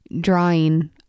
drawing